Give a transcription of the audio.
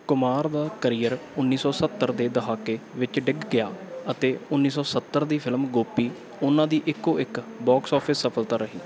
ਕੁਮਾਰ ਦਾ ਕਰੀਅਰ ਉੱਨੀ ਸੌ ਸੱਤਰ ਦੇ ਦਹਾਕੇ ਵਿੱਚ ਡਿੱਗ ਗਿਆ ਅਤੇ ਉੱਨੀ ਸੌ ਸੱਤਰ ਦੀ ਫ਼ਿਲਮ ਗੋਪੀ ਉਹਨਾਂ ਦੀ ਇੱਕੋ ਇੱਕ ਬਾਕਸ ਆਫਿਸ ਸਫ਼ਲਤਾ ਰਹੀ